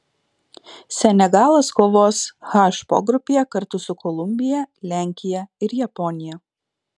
senegalas kovos h pogrupyje kartu su kolumbija lenkija ir japonija